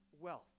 wealth